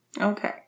Okay